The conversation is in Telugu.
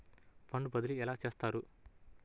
ఫండ్ బదిలీ ఎలా చేస్తారు?